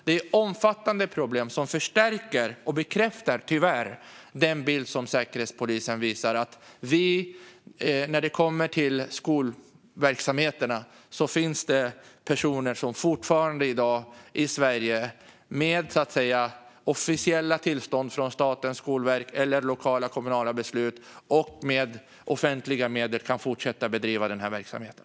Det här är ett omfattande problem som tyvärr förstärker och bekräftar den bild som Säkerhetspolisen visar, att när det kommer till skolverksamheterna finns det personer som fortfarande i dag i Sverige med officiella tillstånd från Statens skolverk eller lokala, kommunala beslut och med offentliga medel kan fortsätta att bedriva den här verksamheten.